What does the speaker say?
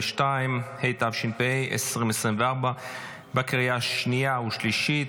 22), התשפ"ה 2024, לקריאה השנייה והשלישית.